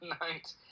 night